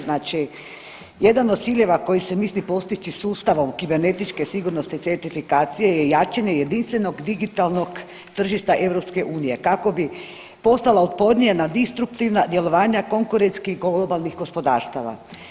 Znači jedan od ciljeva koji se misli postići sustavom kibernetičke sigurnosne certifikacije je jačanje jedinstvenog digitalnog tržišta EU kako bi postala otpornija na distruktivna djelovanja konkurentskih globalnih gospodarstava.